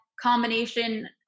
combination